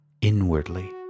inwardly